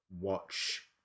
watch